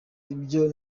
ibyo